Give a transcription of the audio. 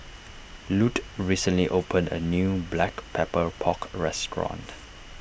Lute recently opened a new Black Pepper Pork restaurant